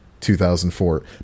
2004